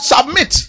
Submit